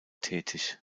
tätig